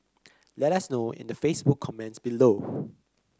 let us know in the Facebook comments below